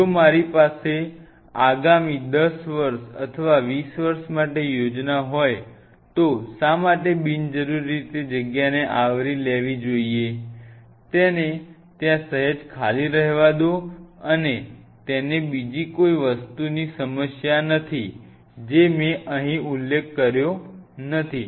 જો મારી પાસે આગામી 10 વર્ષ અથવા 20 વર્ષ માટે યોજના હોય તો શા માટે મારે બિનજરૂરી રીતે જગ્યાને આવરી લેવી જોઈએ તેને ત્યાં સહેજ ખાલી રહેવા દો તેને બીજી કોઈ વસ્તુથી સમસ્યા નથી જે મેં અહીં ઉલ્લેખ કર્યો નથી